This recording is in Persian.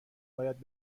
باید